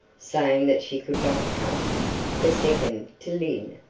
saying that she could not come the second to lyne,